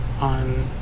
on